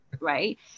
right